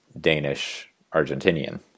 Danish-Argentinian